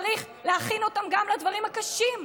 צריך להכין אותם גם לדברים הקשים,